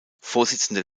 vorsitzender